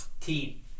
team